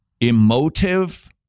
emotive